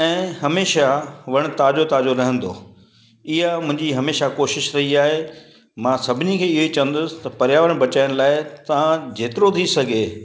ऐं हमेशह वण ताज़ो ताज़ो रहंदो इहा मुंहिंजी हमेशह कोशिश रही आहे मां सभिनी खे इहो ई चवंदुसि पर्यावरण बचाइण लाइ तव्हां जेतिरो थी सघे